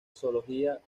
zoología